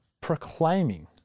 proclaiming